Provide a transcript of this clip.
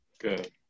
Good